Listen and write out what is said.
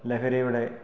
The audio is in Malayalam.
ലഹരിയുടെ